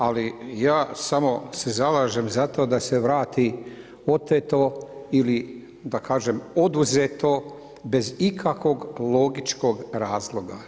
Ali, ja samo se zalažem za to da se vrati oteto ili da kažem oduzeto, bez ikakvog logičkog razloga.